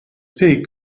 peak